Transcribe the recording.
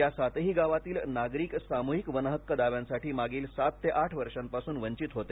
या सातही गावांतील नागरिक सामूहिक वनहक्क दाव्यांसाठी मागील सात आठ वर्षांपासून वंचित होते